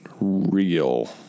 real